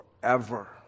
forever